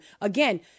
Again